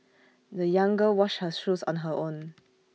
the young girl washed her shoes on her own